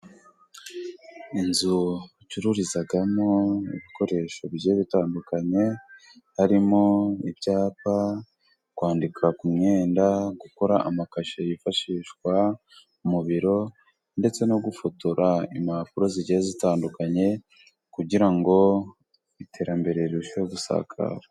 Inzu icururizwamo ibikoresho bigiye bitandukanye, harimo ibyapa kwandika ku myenda, gukora amakashi yifashishwa mu biro, ndetse no gufotora impapuro zigenda zitandukanye kugira ngo iterambere rirusheho gusakara.